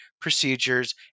procedures